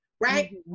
Right